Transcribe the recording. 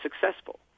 successful